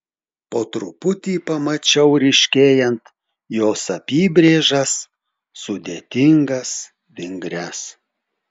po truputį pamačiau ryškėjant jos apybrėžas sudėtingas vingrias